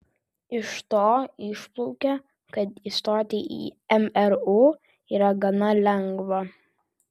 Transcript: iš to išplaukia kad įstoti į mru yra gana lengva